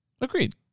Agreed